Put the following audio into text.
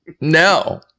no